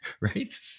right